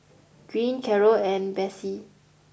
green Carroll and Besse